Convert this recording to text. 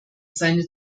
seine